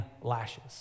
lashes